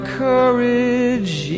courage